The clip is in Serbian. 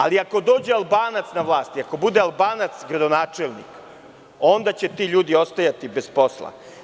Ali, ako dođe Albanac na vlast i ako bude Albanac gradonačelnik, onda će ti ljudi ostajati bez posla.